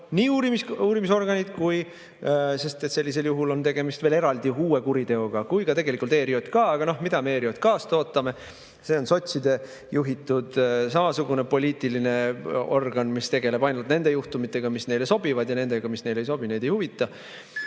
nii uurimisorganid, sest sellisel juhul on tegemist veel eraldi uue kuriteoga, kui ka tegelikult ERJK. Aga mida me ERJK‑st ootame? See on sotside juhitud samasugune poliitiline organ, mis tegeleb ainult nende juhtumitega, mis neile sobivad, ja need, mis neile ei sobi, neid ei huvita.